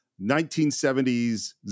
1970s